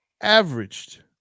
averaged